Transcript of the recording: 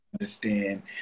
understand